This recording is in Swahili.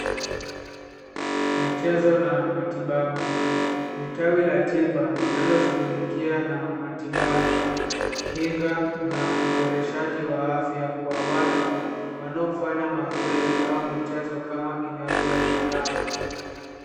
Michezo na matibabu ni tawi la tiba linaloshughulikia na matibabu, kinga na uboreshaji wa afya kwa watu wanaofanya mazoezi au michezo kama inavyoonekana.